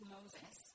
Moses